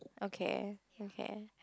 okay okay